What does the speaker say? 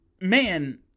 man